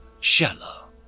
shallow